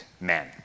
men